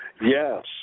Yes